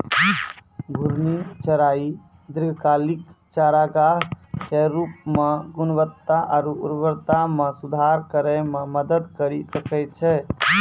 घूर्णि चराई दीर्घकालिक चारागाह के रूपो म गुणवत्ता आरु उर्वरता म सुधार करै म मदद करि सकै छै